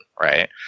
right